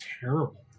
terrible